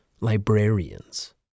Librarians